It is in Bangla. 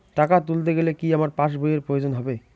টাকা তুলতে গেলে কি আমার পাশ বইয়ের প্রয়োজন হবে?